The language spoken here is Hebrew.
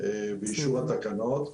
באישור התקנות.